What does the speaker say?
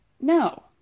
No